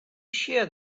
shear